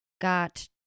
got